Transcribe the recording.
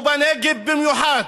ובנגב במיוחד,